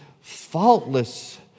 faultless